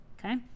Okay